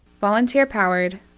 Volunteer-powered